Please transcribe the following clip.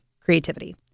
creativity